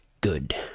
good